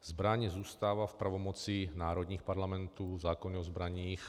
Zbraň zůstává v pravomoci národních parlamentů, zákony o zbraních.